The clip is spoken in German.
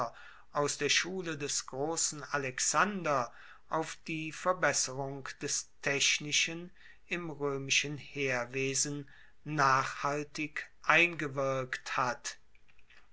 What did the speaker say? aus der schule des grossen alexander auf die verbesserung des technischen im roemischen heerwesen nachhaltig eingewirkt hat